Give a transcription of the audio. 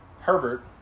Herbert